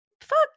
Fuck